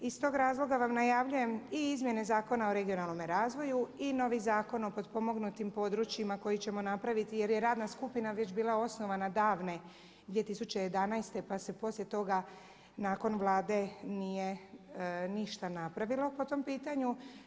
I iz tog razloga vam najavljujem i izmjene Zakona o regionalnome razvoju i novi Zakon o potpomognutim područjima koji ćemo napraviti jer je radna skupina već bila osnovana davne 2011. pa se poslije toga nakon Vlade nije ništa napravilo po tom pitanju.